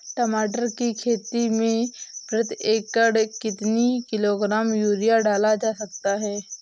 टमाटर की खेती में प्रति एकड़ कितनी किलो ग्राम यूरिया डाला जा सकता है?